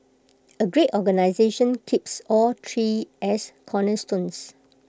A great organisation keeps all three as cornerstones